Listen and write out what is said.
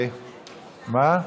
מה?